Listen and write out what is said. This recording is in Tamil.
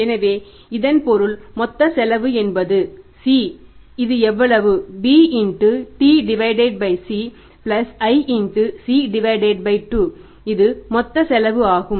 எனவே இதன் பொருள் மொத்த செலவு என்பது C இது எவ்வளவு b T C i C 2 இது மொத்த செலவு ஆகும்